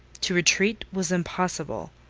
to retreat was impossible.